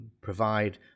provide